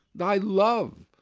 thy love,